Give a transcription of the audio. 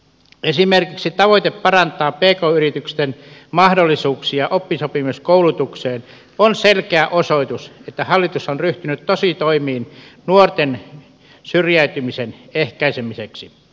esimerkiksi tavoite parantaa pk yritysten mahdollisuuksia oppisopimuskoulutukseen on selkeä osoitus siitä että hallitus on ryhtynyt tositoimiin nuorten syrjäytymisen ehkäisemiseksi